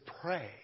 pray